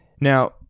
Now